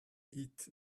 eat